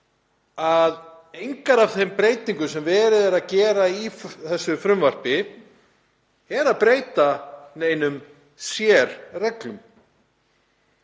að engar af þeim breytingum sem verið er að gera í frumvarpinu munu breyta neinum sérreglum.